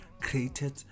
created